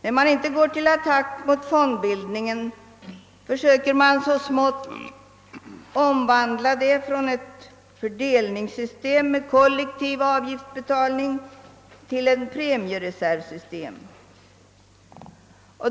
När man inte går till attack mot fondbildningen försöker man i stället så smått omvandla det från ett fördelningssystem med kollektiv avgiftsbetalning till ett premiereservsystem.